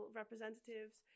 representatives